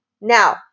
now